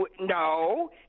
No